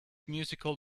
musical